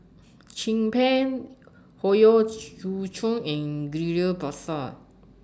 Chin Peng Howe Yoon Chong and Ghillie BaSan